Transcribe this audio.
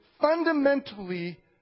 fundamentally